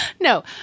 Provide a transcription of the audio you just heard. No